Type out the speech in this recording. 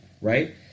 right